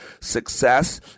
Success